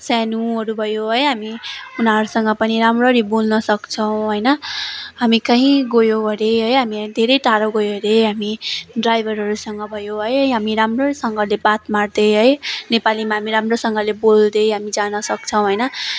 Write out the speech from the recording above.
सानोहरू भयो है हामी उनीहरूसँग पनि राम्ररी बोल्न सक्छौँ होइन हामी कहीँ गयो अरे है हामी धेरै टाढा गयो अरे हामी ड्राईभरहरूसँग भयो है हामी राम्रोसँगले बात मार्दै है नेपालीमा हामी राम्रोसँगले बोल्दै हामी जान सक्छौँ होइन